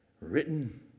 written